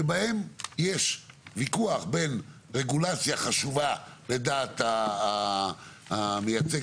שבהם יש ויכוח בין רגולציה חשובה לדעת המייצג